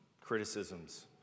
criticisms